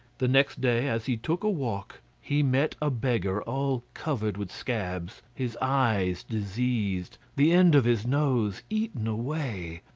the next day, as he took a walk, he met a beggar all covered with scabs, his eyes diseased, the end of his nose eaten away,